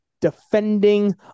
defending